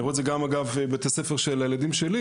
אני רואה את זה גם בבית הספר של הילדים שלי